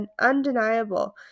undeniable